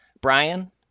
Brian